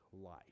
life